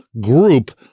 group